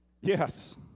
Yes